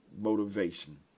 motivation